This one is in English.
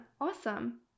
awesome